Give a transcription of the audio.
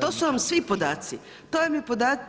To su vam svi podaci, to su vam